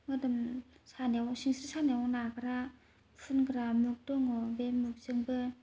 मोदोम सानायाव सिंस्रि सानायाव नाग्रा फुनग्रा मुब दङ बे मुबजोंबो